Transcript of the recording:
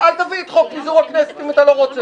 אל תביא את חוק פיזור הכנסת אם אתה לא רוצה.